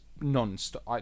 non-stop